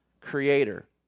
Creator